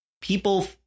People